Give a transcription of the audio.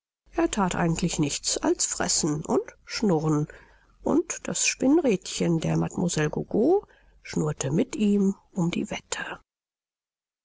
er that eigentlich nichts als fressen und schnurren und das spinnrädchen der mlle gogo schnurrte mit ihm um die wette